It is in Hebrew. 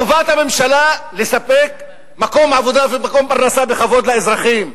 חובת הממשלה לספק מקום עבודה ומקום פרנסה בכבוד לאזרחים.